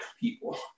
people